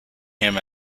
him